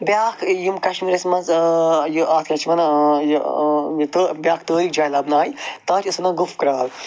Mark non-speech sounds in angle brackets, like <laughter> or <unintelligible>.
بیٛاکھ یِم کَشمیٖرَس منٛز یہِ اَتھ کیٛاہ چھِ وَنان یہِ یہِ تہٕ بیٛاکھ <unintelligible> جایہِ لَبنہٕ آیہِ تَتھ چھِ أسۍ وَنان گُف کرٛال